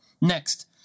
Next